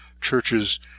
churches